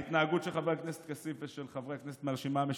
ההתנהגות של חבר הכנסת כסיף ושל חברי הכנסת מהרשימה המשותפת,